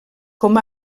com